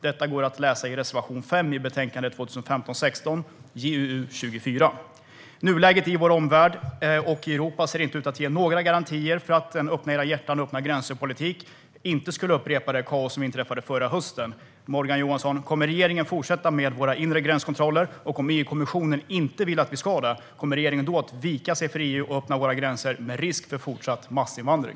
Detta går att läsa i reservation 5 i betänkande 2015/16:JuU24. Nuläget i vår omvärld och i Europa ser inte ut att ge några garantier för att en öppna-era-hjärtan-och-öppna-gränser-politik inte skulle upprepa det kaos som inträffade förra hösten. Kommer regeringen att fortsätta med våra inre gränskontroller, Morgan Johansson? Om EU-kommissionen inte vill att vi ska det, kommer regeringen då att vika sig för EU och öppna våra gränser med risk för fortsatt massinvandring?